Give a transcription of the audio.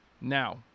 Now